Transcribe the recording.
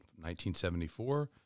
1974